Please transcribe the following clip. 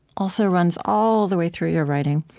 also runs all the way through your writing.